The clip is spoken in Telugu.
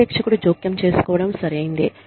పర్యవేక్షకుడు జోక్యం చేసుకోవడం సరైందే